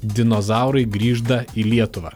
dinozaurai grįžda į lietuvą